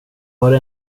var